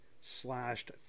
slashed